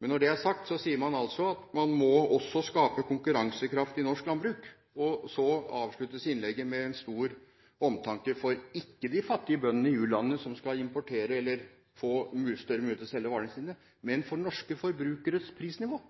Men når det er sagt, sier man altså at man også må skape konkurransekraft i norsk landbruk, og så avsluttes innlegget med en stor omtanke, ikke for de fattige bøndene i u-landene som skal få større mulighet til å selge varene sine, men for prisnivået for norske